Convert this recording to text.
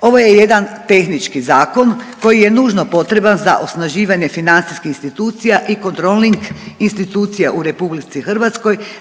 Ovo je jedan tehnički zakon koji je nužno potreban za osnaživanje financijskih institucija i kontroling u RH